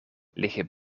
liggen